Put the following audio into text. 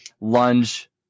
lunge